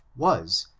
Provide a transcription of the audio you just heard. was,